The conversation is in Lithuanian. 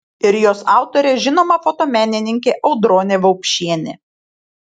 ir jos autorė žinoma fotomenininkė audronė vaupšienė